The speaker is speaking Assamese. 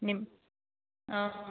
নিম অঁ